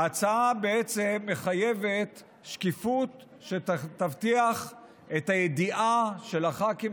ההצעה בעצם מחייבת שקיפות שתבטיח את הידיעה של הח"כים,